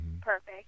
perfect